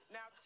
Now